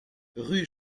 rue